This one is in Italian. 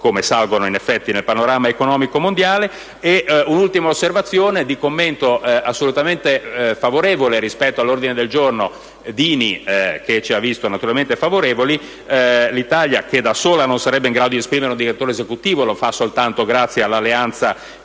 come salgono in effetti nel panorama economico mondiale. Faccio un'ultima osservazione di commento assolutamente favorevole rispetto all'ordine del giorno del senatore Dini che ci ha visti naturalmente favorevoli: l'Italia, che da sola non sarebbe in grado di esprimere un direttore esecutivo (lo fa soltanto grazie all'alleanza con